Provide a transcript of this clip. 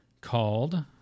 called